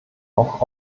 auch